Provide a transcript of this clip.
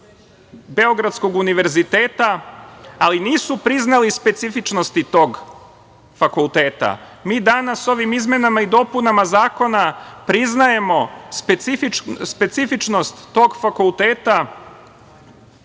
beogradskog Univerziteta, ali nisu priznali specifičnosti tog fakulteta. Mi danas ovim izmenama i dopunama zakona priznajemo specifičnost tog fakulteta